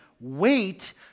Wait